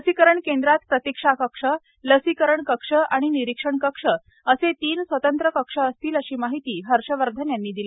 लसीकरण केंद्रात प्रतीक्षा कक्ष लसीकरण कक्ष आणि निरीक्षण कक्ष असे तीन स्वतंत्र कक्ष असतील अशी माहिती हर्षवर्धन यांनी दिली